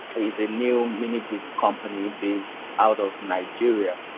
is a new mini-grid company based out of nigeria.